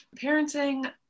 Parenting